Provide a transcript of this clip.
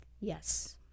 yes